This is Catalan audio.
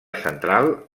central